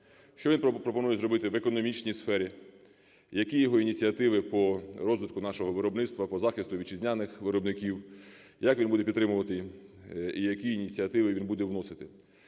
що він пропонує зробити в економічній сфері; які його ініціативи по розвитку нашого виробництва, по захисту вітчизняних виробників, як він буде підтримувати і які ініціативи він буде вносити;